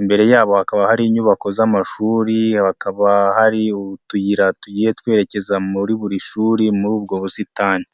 imbere yabo hakaba hari inyubako z'amashuri, hakaba hari utuyira tugiye twerekeza muri buri ishuri muri ubwo busitani.